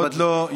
עוד לא.